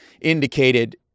indicated